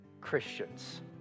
Christians